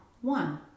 one